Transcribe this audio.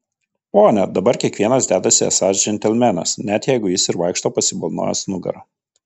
pone dabar kiekvienas dedasi esąs džentelmenas net jeigu jis ir vaikšto pasibalnojęs nugarą